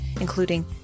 including